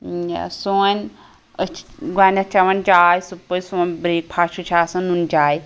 سٲنۍ أسۍ چھِ گۄڈٕنیٚتھ چیٚوان چاے صُبح پٔتۍ سون برٛیک فاسٹہٕ چھُ آسان نُن چاے